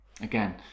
Again